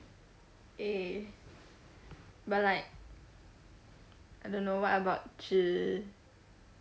eh but like I don't know what about zhi